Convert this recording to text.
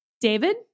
David